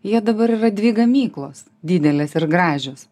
jie dabar yra dvi gamyklos didelės ir gražios